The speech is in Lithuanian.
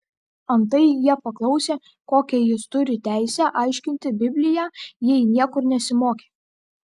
antai jie paklausė kokią jis turi teisę aiškinti bibliją jei niekur nesimokė